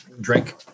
drink